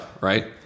right